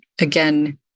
Again